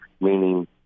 Meaning